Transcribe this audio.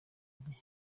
n’igihe